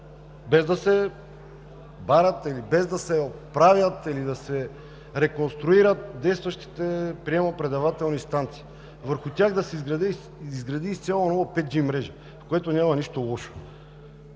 без да се барат или без да се правят или реконструират действащите приемно-предавателни станции, върху тях да се изгради изцяло нова 5G мрежа, в което няма нищо лошо.